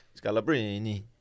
Scalabrine